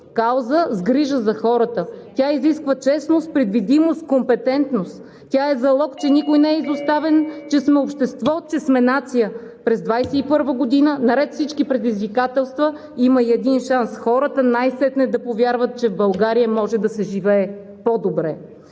кауза с грижа за хората. Тя изисква честност, предвидимост, компетентност, тя е залог, че никой не е изоставен, че сме общество, че сме нация. Наред с всички предизвикателства през 2021 г. има и един шанс – хората най сетне да повярват, че в България може да се живее по-добре!